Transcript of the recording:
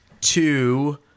Two